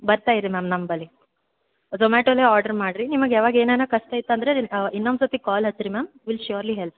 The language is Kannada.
ಬರ್ತಾ ಇರಿ ಮ್ಯಾಮ್ ನಮ್ಮ ಬಳಿ ಝೊಮ್ಯಾಟೊಲಿ ಆರ್ಡ್ರು ಮಾಡಿರಿ ನಿಮಗ್ ಯಾವಾಗ ಏನಾನ ಕಷ್ಟ ಆಯ್ತು ಅಂದರೆ ಇನ್ನೊಂದು ಸರ್ತಿ ಕಾಲ್ ಹಚ್ರೀ ಮ್ಯಾಮ್ ವಿಲ್ ಶ್ಯೋರ್ಲಿ ಹೆಲ್ಪ್